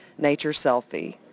NatureSelfie